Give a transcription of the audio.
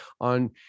on